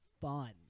fun